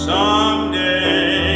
Someday